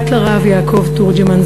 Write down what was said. בת לרב יעקב תורג'מן,